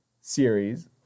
series